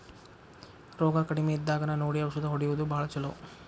ರೋಗಾ ಕಡಮಿ ಇದ್ದಾಗನ ನೋಡಿ ಔಷದ ಹೊಡಿಯುದು ಭಾಳ ಚುಲೊ